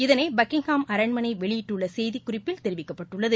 இதனை பக்கிங்ஹாம் அரண்மனை வெளியிட்டுள்ள செய்திக்குறிப்பு தெரிவித்துள்ளது